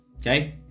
Okay